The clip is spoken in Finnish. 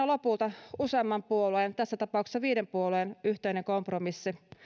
lopulta aina useamman puolueen tässä tapauksessa viiden puolueen yhteinen kompromissi